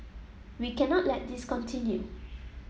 we cannot let this continue